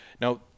Now